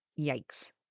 yikes